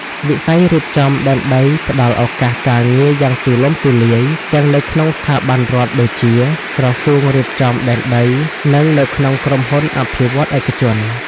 វិស័យរៀបចំដែនដីផ្ដល់ឱកាសការងារយ៉ាងទូលំទូលាយ ទាំងនៅក្នុងស្ថាប័នរដ្ឋដូចជា ក្រសួងរៀបចំដែនដី និងនៅក្នុងក្រុមហ៊ុនអភិវឌ្ឍន៍ឯកជន។